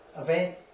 event